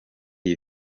iyi